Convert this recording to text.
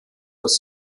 das